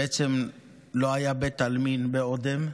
בעצם לא היה בית עלמין באודם,